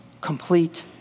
complete